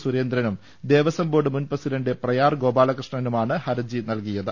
സുരേ ന്ദ്രനും ദേവസ്വം ബോർഡ് മുൻ പ്രസിഡണ്ട് പ്രയാർ ഗോപാലകൃ ഷ്ണനുമാണ് ഹർജി നൽകിയത്